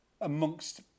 amongst